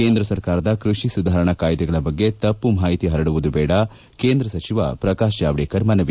ಕೇಂದ್ರ ಸರ್ಕಾರದ ಕೃಷಿ ಸುಧಾರಣಾ ಕಾಯ್ದೆಗಳ ಬಗ್ಗೆ ತಪ್ಪು ಮಾಹಿತಿ ಹರಡುವುದು ಬೇಡ ಕೇಂದ ಸಚಿವ ಪ್ರಕಾಶ್ ಜಾವಡೇಕರ್ ಮನವಿ